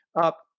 up